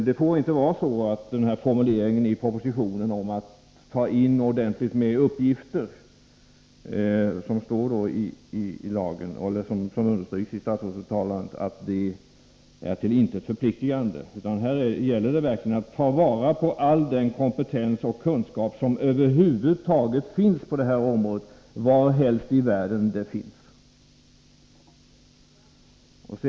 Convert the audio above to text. Det får inte vara så att formuleringen i propositionen att ta in ordentligt med uppgifter — ett uttalande som också understryks av statsrådet — blir till intet förpliktigande. Här gäller det att verkligen ta till vara all den kompetens och kunskap som över huvud taget finns på området, var helst i världen det än är.